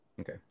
Okay